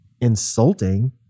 insulting